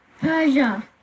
Persia